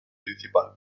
principal